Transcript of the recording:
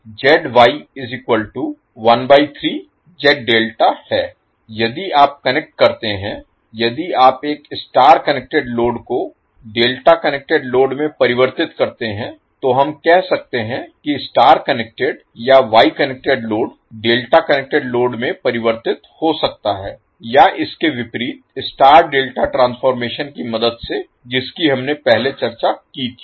इसी प्रकार है यदि आप कनेक्ट करते हैं यदि आप एक स्टार कनेक्टेड लोड को डेल्टा कनेक्टेड लोड में परिवर्तित करते हैं तो हम कह सकते हैं कि स्टार कनेक्टेड या Y connected load delta connected load में परिवर्तित हो सकता है या इसके विपरीत स्टार डेल्टा ट्रांसफॉर्मेशन की मदद से जिसकी हमने पहले चर्चा की थी